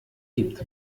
gibt